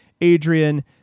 Adrian